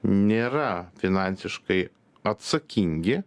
nėra finansiškai atsakingi